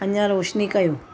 अञा रोशिनी कयो